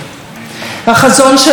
החזון שלנו צודק.